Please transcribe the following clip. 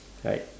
right